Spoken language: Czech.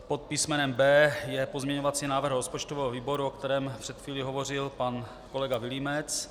Pod písmenem B je pozměňovací návrh rozpočtového výboru, o kterém před chvílí hovořil pan kolega Vilímec.